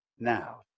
Now